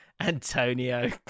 Antonio